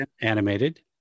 Animated